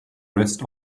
rest